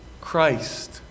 Christ